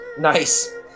nice